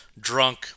drunk